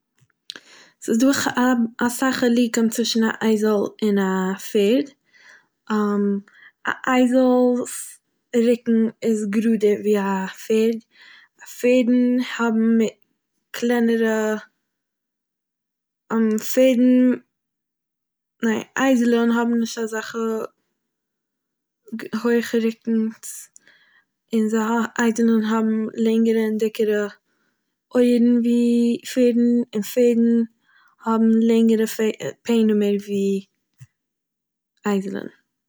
ס'איז דא אסאך חילוקים צווישן א אייזל און א פרעד, א אייז'לס רוקן איז גראדער ווי א פערד, פערד'ן האבן מ- קלענערע פערדן ניין אייזל'ן האבן נישט אזעכע ג- הויכע רוקן'ס און זיי הא אייזל'ן האבן לענגערע און דיקערע אויערן ווי פערד'ן און פערד'ן האבן לענגערע פענעמער ווי אייזל'ן.